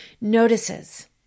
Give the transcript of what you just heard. notices